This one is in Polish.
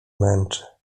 męczy